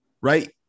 right